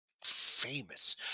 famous